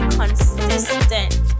consistent